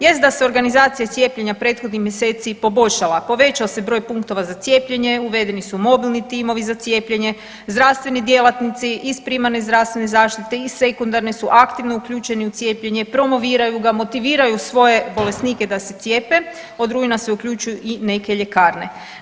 Jest da se organizacija cijepljenja prethodnih mjeseci i poboljšala, povećao se broj punktova za cijepljenje, uvedeni su mobilni timovi za cijepljenje, zdravstveni djelatnici iz primarne zdravstvene zaštite, iz sekundare su aktivno uključeni u cijepljenje, promoviraju ga, motiviraju svoje bolesnike da se cijepe, od rujna se uključuju i neke ljekarne.